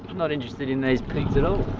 not interested in these pigs at all.